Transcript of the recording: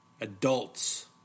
adults